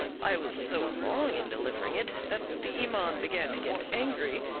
i was so long in delivering it that the iman began to get angry,